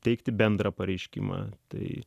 teikti bendrą pareiškimą tai